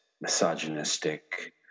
misogynistic